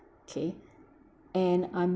okay and I'm